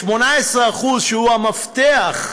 שהם המפתח,